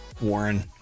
Warren